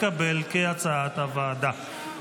כהצעת הוועדה,